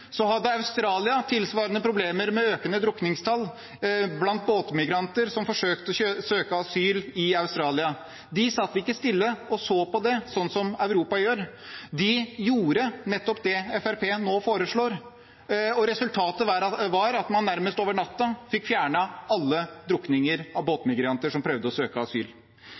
hadde Australia tilsvarende problemer med økende drukningstall blant båtmigranter som forsøkte å søke asyl i Australia. De satt ikke stille og så på det, sånn som Europa gjør; de gjorde nettopp det Fremskrittspartiet nå foreslår, og resultatet var at man nærmest over natten fikk fjernet alle drukninger av båtmigranter som prøvde å søke asyl.